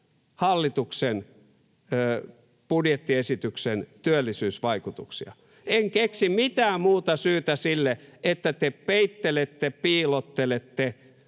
hallituksen budjettiesityksen työllisyysvaikutuksia. En keksi mitään muuta syytä sille, että te peittelette ja piilottelette